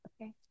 Okay